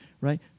Right